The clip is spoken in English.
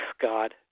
God